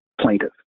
plaintiff